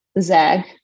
zag